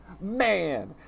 man